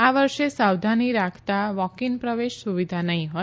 આ વર્ષે સાવધાની રાખતા વોક ઇન પ્રવેશ સુવીધા નહી હોય